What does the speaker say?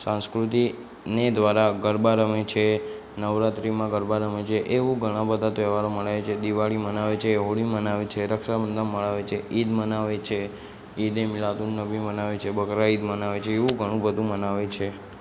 સંસ્કૃતિ ને દ્વારા ગરબા રમે છે નવરાત્રિમાં ગરબા રમે છે એવું ઘણા બધા તહેવારો મનાવે છે દિવાળી મનાવે છે હોળી મનાવે છે રક્ષાબંધન મનાવે છે ઈદ મનાવે છે ઈદે મિલાદુન્નનબી મનાવે છે બકરા ઈદ મનાવે છે એવું ઘણું બધું મનાવે છે